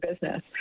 business